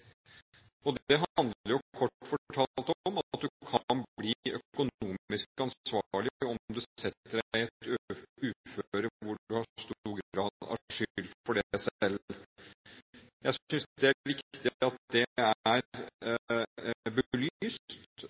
kort fortalt om at du kan bli økonomisk ansvarlig om du setter deg i et uføre hvor du har stor grad av skyld for det selv. Jeg synes det er viktig at det er